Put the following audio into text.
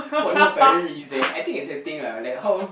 for no apparent reason I think it's a thing lah like how